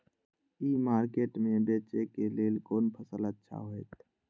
ई market में बेचेक लेल कोन फसल अच्छा होयत?